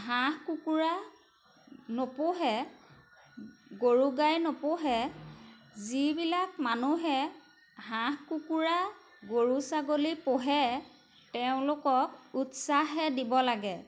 হাঁহ কুকুৰা নুপোহে গৰু গাই নুপোহে যিবিলাক মানুহে হাঁহ কুকুৰা গৰু ছাগলী পোহে তেওঁলোকক উৎসাহে দিব লাগে